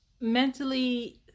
mentally